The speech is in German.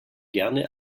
gerne